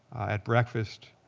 at breakfast,